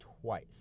twice